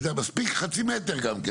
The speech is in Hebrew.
מספיק חצי מטר גם כן.